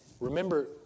Remember